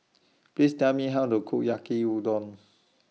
Please Tell Me How to Cook Yaki Udon